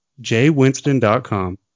jwinston.com